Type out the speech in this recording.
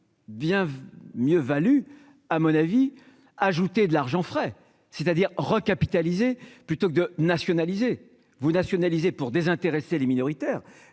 bien mieux valu, à mon avis, ajouter de l'argent frais, c'est-à-dire recapitaliser plutôt que de nationaliser vous nationaliser pour désintéresser les minoritaires